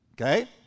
Okay